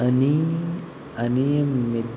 आनी आनी मीत